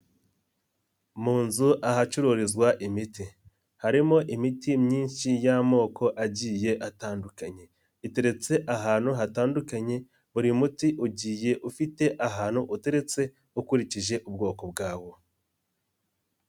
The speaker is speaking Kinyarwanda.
Mu nzu ahacururizwa imiti, harimo imiti myinshi y'amoko agiye atandukanye, iteretse ahantu hatandukanye buri muti ugiye ufite ahantu uteretse ukurikije ubwoko bwawo.